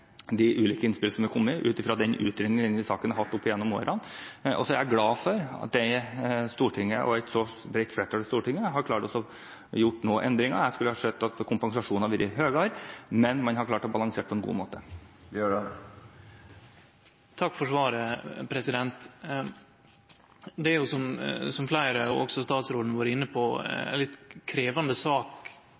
de ulike innspillene som var kommet inn, ut fra den utredningen denne saken har fått opp gjennom årene. Jeg er glad for at Stortinget og et så bredt flertall i Stortinget har klart å gjøre noen endringer. Jeg skulle gjerne sett at kompensasjonen hadde vært høyere, men man har klart å balansere på en god måte. Takk for svaret. Det er jo som fleire, og òg statsråden, har vore inne på, ei litt krevjande sak